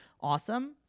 awesome